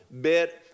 bit